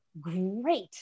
great